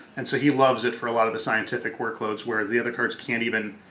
and so he loves it for a lot of the scientific workloads where the other cards can't even,